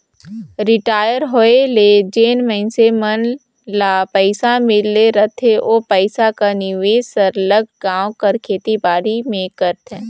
retire होए ले जेन मइनसे मन ल पइसा मिल रहथे ओ पइसा कर निवेस सरलग गाँव कर खेती बाड़ी में करथे